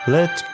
Let